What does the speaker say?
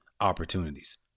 opportunities